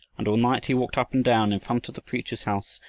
and all night he walked up and down in front of the preacher's house,